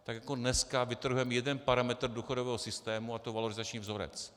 Tak jako dneska vytrhujeme jeden parametr důchodového systému, a to valorizační vzorec.